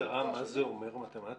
אין הגדרה מה זה אומר מתמטיקה?